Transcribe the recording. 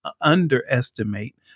underestimate